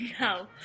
No